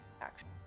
action